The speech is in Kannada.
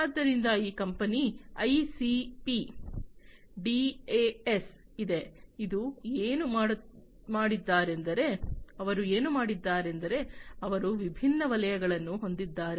ಆದ್ದರಿಂದ ಈ ಕಂಪನಿ ಐಸಿಪಿ ಡಿಎಎಸ್ ಇದೆ ಅವರು ಏನು ಮಾಡಿದ್ದಾರೆಂದರೆ ಅವರು ವಿಭಿನ್ನ ವಲಯಗಳನ್ನು ಹೊಂದಿದ್ದಾರೆ